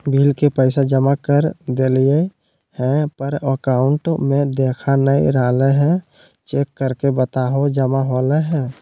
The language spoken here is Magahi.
बिल के पैसा जमा कर देलियाय है पर अकाउंट में देखा नय रहले है, चेक करके बताहो जमा होले है?